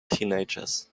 teenagers